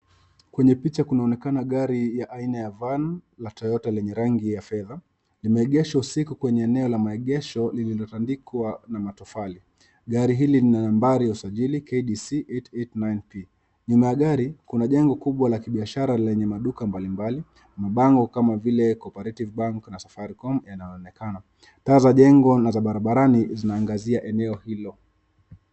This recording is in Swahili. Kwenye picha kunaonekana gari ya aina ya van la Toyota lenye rangi ya fedha limeegeshwa usiku kwenye eneo la maegesho lililotandikwa na matofali. Gari hili lina nambari ya usajili KDC889P. Nyuma ya gari kuna jengo kubwa la kibiashara ya maduka mbalimbali mabango kama vile Cooperative Bank na Safaricom yanaonekana. Taa za jengo na za barabarani zinaangazia eneo hilo.